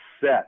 set